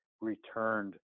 returned